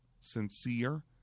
sincere